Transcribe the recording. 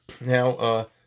Now